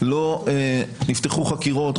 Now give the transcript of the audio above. לא נפתחו חקירות.